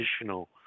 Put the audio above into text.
additional